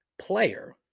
player